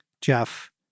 Jeff